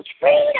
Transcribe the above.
Freedom